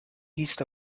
east